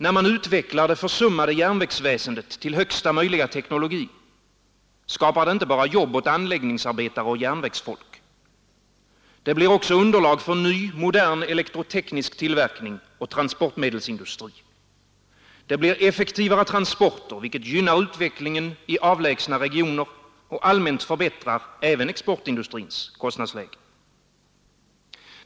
När man utvecklar det försummade järnvägsväsendet till högsta möjliga teknologi, skapar det inte bara jobb åt anläggningsarbetare och järnvägsfolk, utan det blir också underlag för ny, modern elektroteknisk tillverkning och transportmedelsindustri. Det blir effektivare transporter, vilket gynnar utvecklingen i avlägsna regioner och allmänt förbättrar även exportindustrins kostnadsläge.